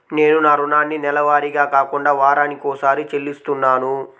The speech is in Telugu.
నేను నా రుణాన్ని నెలవారీగా కాకుండా వారానికోసారి చెల్లిస్తున్నాను